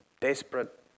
desperate